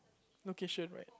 location right